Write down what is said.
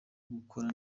gukora